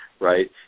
right